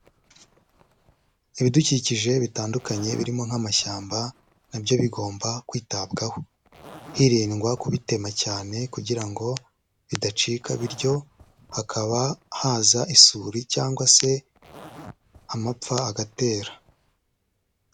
Ibidukikije bitandukanye birimo nk'amashyamba, na byo bigomba kwitabwaho. Hirindwa kubitema cyane kugira ngo, bidacika bityo hakaba haza isuri cyangwa se, amapfa agatera.